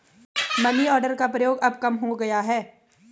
money order का प्रयोग अब कम हो गया है